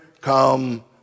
come